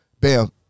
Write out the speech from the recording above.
Bam